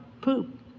poop